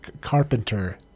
carpenter